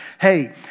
hey